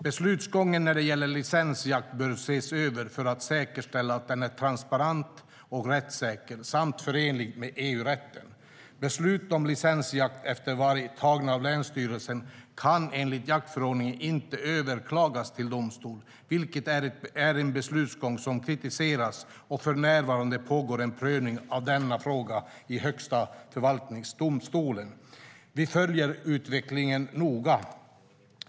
Beslutsgången när det gäller licensjakt bör ses över för att säkerställa att den är transparent och rättssäker samt förenlig med EU-rätten. Beslut om licensjakt efter varg tagna av länsstyrelsen kan enligt jaktförordningen inte överklagas till domstol, vilket är en beslutsgång som kritiserats. För närvarande pågår en prövning av denna fråga i Högsta förvaltningsdomstolen. Vi följer utvecklingen noga.